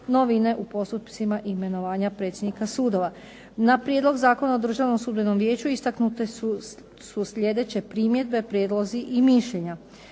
u postupcima imenovanja predsjednika sudova. Na Prijedlog zakona o Državnom sudbenom vijeću istaknute su sljedeće primjedbe, prijedlozi i mišljenja.